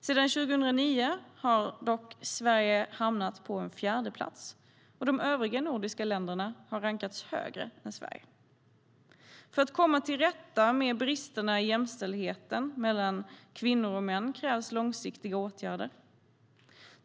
Sedan 2009 har dock Sverige hamnat på en fjärde plats och de övriga nordiska länderna har rankats högre än Sverige. För att komma till rätta med bristerna i jämställdheten mellan kvinnor och män krävs långsiktiga åtgärder.